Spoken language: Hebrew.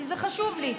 כי זה חשוב לי,